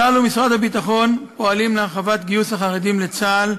צה״ל ומשרד הביטחון פועלים להרחבת גיוס החרדים לצה״ל